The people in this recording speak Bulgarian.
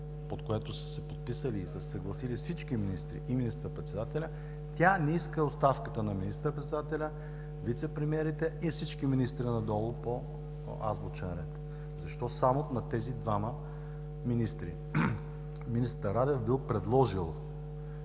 под което са се подписали и са се съгласили всички министри и министър-председателят, тя не иска оставката на министър-председателя, вицепремиерите и всички министри надолу по азбучен ред. Защо само на тези двама министри? Министър Радев бил предложил